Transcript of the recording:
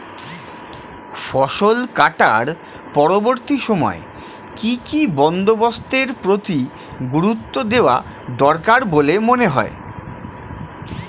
ফসল কাটার পরবর্তী সময়ে কি কি বন্দোবস্তের প্রতি গুরুত্ব দেওয়া দরকার বলে মনে হয়?